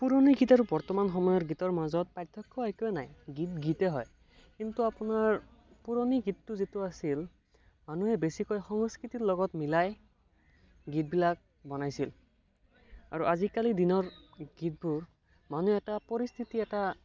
পুৰণি গীত আৰু বৰ্তমান সময়ৰ গীতৰ মাজত পাৰ্থক্য একোৱেই নাই গীত গীতেই হয় কিন্তু আপোনাৰ পুৰণি গীতটো যিটো আছিল মানুহে বেছিকৈ সংস্কৃতিৰ লগত মিলাই গীতবিলাক বনাইছিল আৰু আজিকালিৰ দিনৰ গীতবোৰ মানুহে এটা পৰিস্থিতি এটা